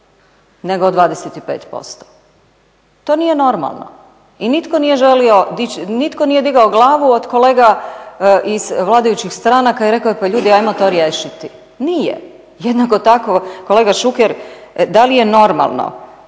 nego od 25%. To nije normalno i nitko nije digao glavu od kolega iz vladajućih stranaka i rekao pa ljudi ajmo to riješiti, nije. Jednako tako kolega Šuker, da li je normalno